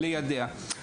ליידע.